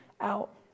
out